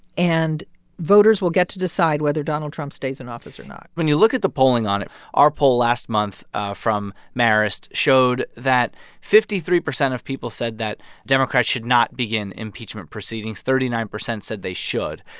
and voters will get to decide whether donald trump stays in office or not when you look at the polling on it, our poll last month ah from marist showed that fifty three percent of people said that democrats should not begin impeachment proceedings. thirty-nine percent said they should.